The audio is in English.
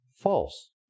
false